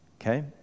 Okay